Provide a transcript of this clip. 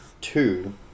two